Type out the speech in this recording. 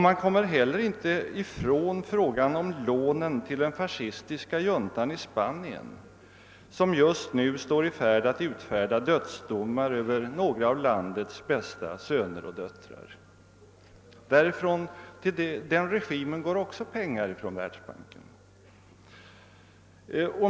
Man kommer inte ifrån frågan om lånen till den fascistiska juntan i Spanien, som just nu står i begrepp att utfärda dödsdomar över några av landets bästa söner och döttrar. Till den regimen går också pengar från världsbanken.